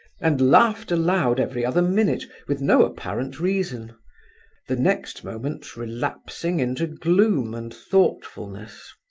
and laughed aloud every other minute with no apparent reason the next moment relapsing into gloom and thoughtfulness.